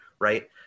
right